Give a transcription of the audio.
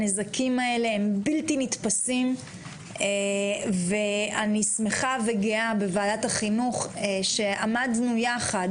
הנזקים האלה הם בלתי נתפסים ואני שמחה וגאה בוועדת החינוך שעמדנו יחד